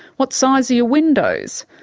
what size are your windows?